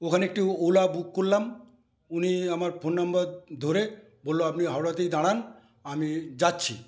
ওখানে একটি ওলা বুক করলাম উনি আমার ফোন নম্বর ধরে বলল আপনি হাওড়াতেই দাঁড়ান আমি যাচ্ছি